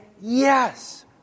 yes